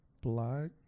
Black